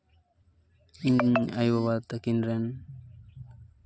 ᱤᱧ ᱨᱮᱱ ᱟᱭᱳᱼᱵᱟᱵᱟ ᱛᱟᱹᱠᱤᱱ ᱨᱮᱱ